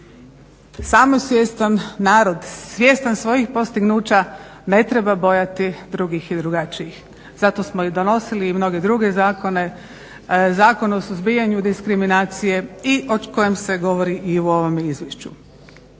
samosvjestan narod svjestan svojih postignuća ne treba bojati drugih i drugačijih. Zato smo i donosili i mnoge druge zakone, Zakon o suzbijanju diskriminacije i o kojem se govori i u ovome izvješću.